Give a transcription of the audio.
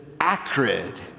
acrid